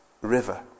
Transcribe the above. river